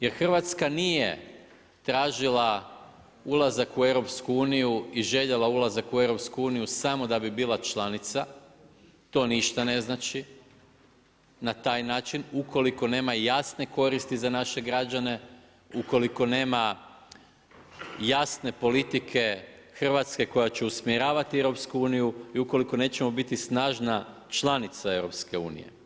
Jer Hrvatska nije tražila ulazak u Europsku uniju i željela ulazak u EU samo da bi bila članica, to ništa ne znači na taj način ukoliko nema jasne koristi za naše građane, ukoliko nema jasne politike Hrvatske koja će usmjeravati Europsku uniju i ukoliko nećemo biti snažna članica EU.